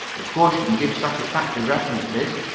of course, you can give satisfactory references?